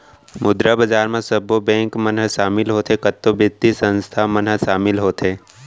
मुद्रा बजार म सब्बो बेंक मन ह सामिल होथे, कतको बित्तीय संस्थान मन ह सामिल होथे